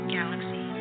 Galaxy